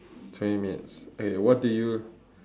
twenty minutes eh what do you